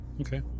Okay